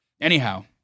Anyhow